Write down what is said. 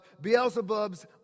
Beelzebub's